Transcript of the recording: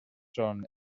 són